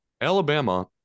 Alabama